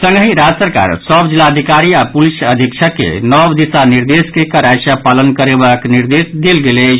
संगहि राज्य सरकार सभ जिलाधिकारी आओर पुलिस अधीक्षक के नव दिशा निर्देश के कड़ाई सँ पालन करेबाक निर्देश देल गेल अछि